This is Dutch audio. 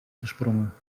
gesprongen